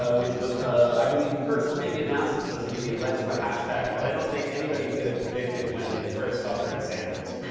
ah which was ah i believe you first maybe announced on social media led to a hashtag that i don't think anybody could have predicted when they first saw bernie sanders.